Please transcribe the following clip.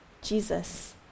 Jesus